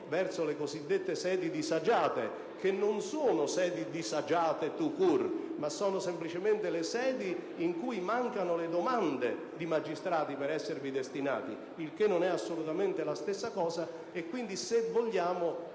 verso le cosiddette sedi disagiate, che non sono disagiate *tout court*, ma sono semplicemente le sedi nelle quali mancano le domande di magistrati per esservi destinati, il che non è assolutamente la stessa cosa. Quindi il Governo